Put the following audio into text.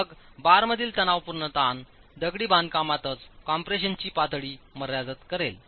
मग बारमधील तणावपूर्ण ताण दगडी बांधकामातच कॉम्प्रेशनची पातळी मर्यादित करेल